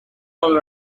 all